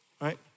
right